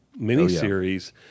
miniseries